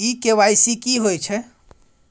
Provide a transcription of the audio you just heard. इ के.वाई.सी की होय छै?